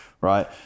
right